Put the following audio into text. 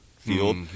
field